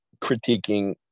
critiquing